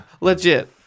Legit